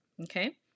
okay